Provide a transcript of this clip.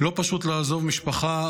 לא פשוט לעזוב משפחה,